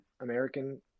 American